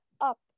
up